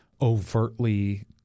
overtly